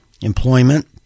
employment